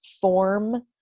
form